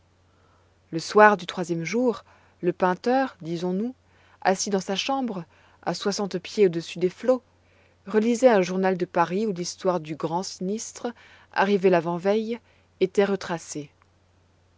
le soir du troisième jour lepeinteur disons-nous assis dans sa chambre à soixante pieds au-dessus des flots relisait un journal de paris où l'histoire du grand sinistre arrivé l'avant-veille était retracée